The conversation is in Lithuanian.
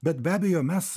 bet be abejo mes